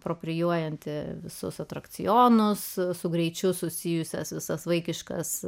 visus atrakcionus visu greičiu susijusias visas vaikiškas